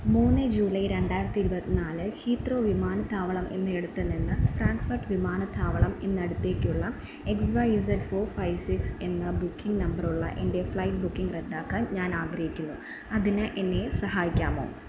മൂന്ന് ജൂലൈ രണ്ടായിരത്തി ഇരുപത്തിനാൽ ഹീത്രോ വിമാനത്താവളം എന്നയിടത്ത് നിന്ന് ഫ്രാൻഫർട്ട് വിമാനത്താവളം എന്നിടത്തേക്കുള്ള X Y Z four five six എന്ന ബുക്കിംഗ് നമ്പറുള്ള എൻ്റെ ഫ്ലൈറ്റ് ബുക്കിംഗ് റദ്ദാക്കാൻ ഞാൻ ആഗ്രഹിക്കുന്നു അതിന് എന്നെ സഹായിക്കാമോ